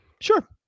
sure